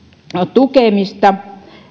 tukemista